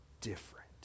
different